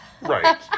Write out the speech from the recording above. Right